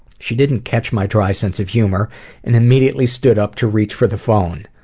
she didn't catch my dry sense of humor and immediately stood up to reach for the phone.